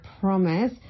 promise